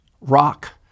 Rock